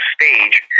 stage